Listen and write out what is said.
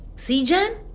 see, jen.